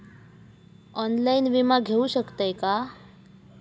Online विमा घेऊ शकतय का?